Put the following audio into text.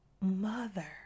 mother